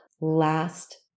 last